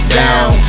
down